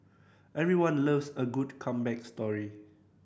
everyone loves a good comeback story